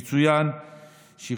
יצוין כי